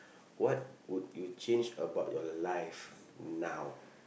what would you change about your life now